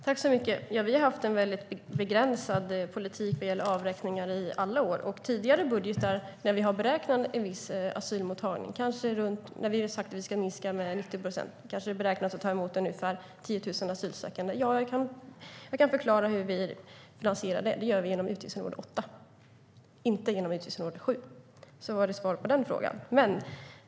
Herr talman! Vi har i alla år haft en väldigt begränsad politik vad gäller avräkningar. När vi i tidigare budgetar har sagt att vi ska minska asylmottagningen med 90 procent har det varit beräknat på att ta emot ungefär 10 000 asylsökande. Jag kan förklara hur vi finansierar detta: Det gör vi genom utgiftsområde 8, inte genom utgiftsområde 7. Det var svaret på den frågan.